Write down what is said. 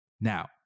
Now